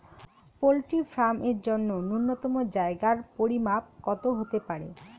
Poultry farm এর জন্য নূন্যতম জায়গার পরিমাপ কত হতে পারে?